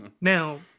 Now